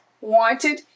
wanted